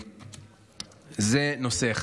זה נושא אחד.